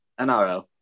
NRL